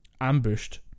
ambushed